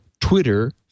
Twitter